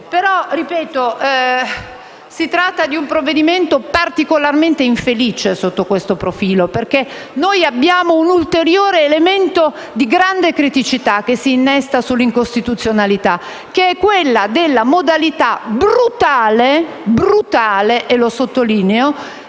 stiamo facendo. Si tratta di un provvedimento particolarmente infelice sotto questo profilo, perché noi abbiamo un ulteriore elemento di grande criticità che si innesta sull'incostituzionalità, dato dalla modalità brutale, e sottolineo